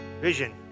Vision